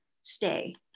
stay